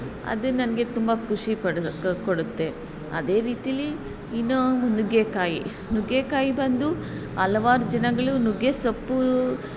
ಅದು ನನಗೆ ತುಂಬ ಖುಷಿ ಪಡು ಕೊಡುತ್ತೆ ಅದೇ ರೀತಿಲಿ ಇನ್ನು ನುಗ್ಗೆಕಾಯಿ ನುಗ್ಗೆಕಾಯಿ ಬಂದು ಹಲವಾರು ಜನಗಳು ನುಗ್ಗೆ ಸೊಪ್ಪು